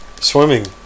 swimming